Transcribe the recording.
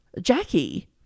Jackie